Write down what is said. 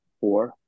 four